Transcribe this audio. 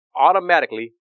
automatically